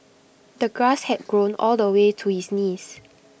the grass had grown all the way to his knees